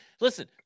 Listen